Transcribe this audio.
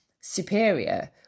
superior